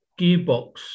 gearbox